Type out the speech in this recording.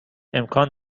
امکان